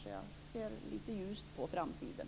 Jag ser därför lite ljust på framtiden.